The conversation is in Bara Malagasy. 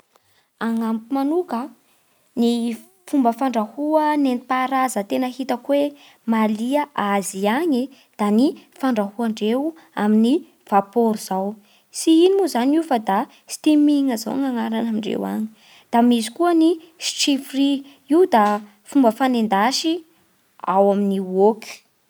Agnamiko manoka ny f- fomba fandrahoa nentim-paharaza tena hitako hoe mahalia a azy agny e da ny fandrahoandreo amin'ny vapôro izao. Tsy ino moa zany io fa da steaming izao ny agnarana indreo any. Da misy koa ny stir fry. Io da fomba fanendasy ao amin'ny wok.